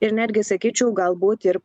ir netgi sakyčiau galbūt ir